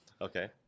okay